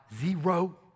zero